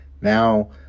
now